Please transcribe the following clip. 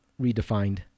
redefined